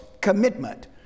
commitment